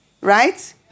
Right